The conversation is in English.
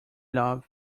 love